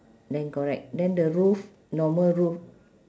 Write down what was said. then correct then the roof normal roof